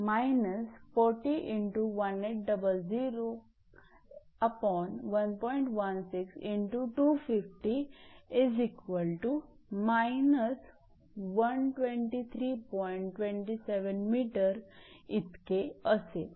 म्हणजेच इतके असेल